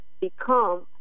become